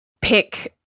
pick